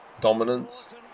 dominance